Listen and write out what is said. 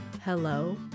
hello